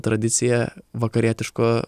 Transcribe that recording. tradicija vakarietiško